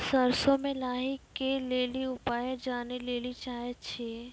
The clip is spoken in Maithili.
सरसों मे लाही के ली उपाय जाने लैली चाहे छी?